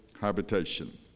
habitation